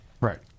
Right